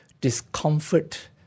discomfort